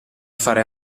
fare